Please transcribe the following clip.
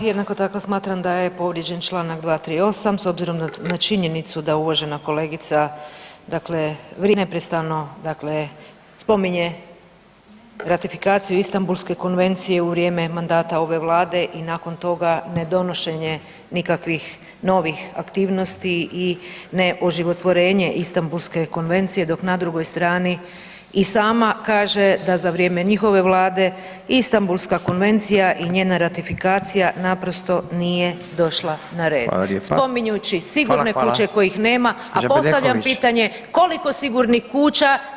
Jednako tako smatram da je povrijeđen čl. 238. s obzirom na činjenicu da uvažena kolegica vrijeđa i neprestano spominje ratifikaciju Istambulske konvencije u vrijeme mandata ove Vlade i nakon toga ne donošenje nikakvih novih aktivnosti i ne oživotvorenje Istambulske konvencije dok na drugoj strani i sama kaže da za vrijeme njihove vlade Istambulska konvencija i njena ratifikacija naprosto nije došla na red [[Upadica Radin: hvala lijepa.]] spominjući sigurne kuće kojih nema [[Upadica Radin: hvala lijepa gospođo Bedeković.]] A postavljam pitanje koliko sigurnih kuća